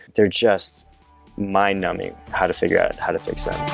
they're just mind numbing how to figure out how to fix that